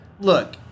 look